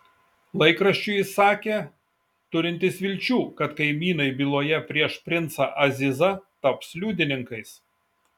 laikraščiui jis sakė turintis vilčių kad kaimynai byloje prieš princą azizą taps liudininkais